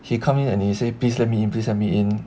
he come in and he say please let me in please let me in